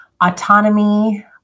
autonomy